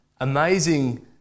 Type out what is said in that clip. amazing